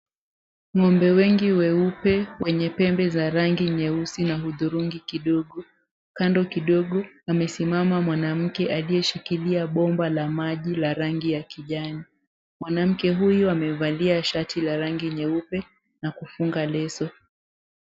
Ng'ombe wengi weupe wenye pembe za rangi nyeusi na hudhurungi kidogo. Kando kidogo amesimama mwanamke aliyeshikilia bomba la maji la rangi ya kijani. Mwanamke huyu amevalia shati la rangi nyeupe na kufunga leso.